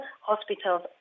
hospitals